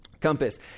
compass